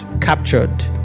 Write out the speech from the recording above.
captured